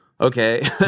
okay